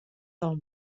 del